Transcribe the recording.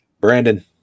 Brandon